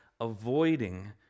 avoiding